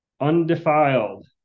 undefiled